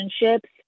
relationships